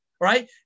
right